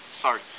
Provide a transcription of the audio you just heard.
sorry